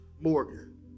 Morgan